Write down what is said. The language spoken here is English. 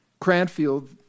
Cranfield